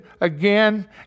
again